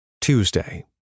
Tuesday